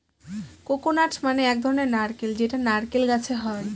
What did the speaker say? coconut মানে এক ধরনের নারকেল যেটা নারকেল গাছে হয়